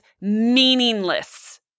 meaningless